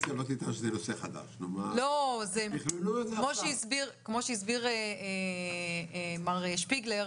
כמו שהסביר מר שפיגלר,